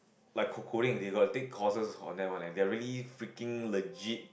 like c~ coding they got take courses on that one barely freaking legit